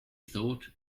thought